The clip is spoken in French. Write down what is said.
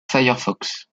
firefox